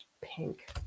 pink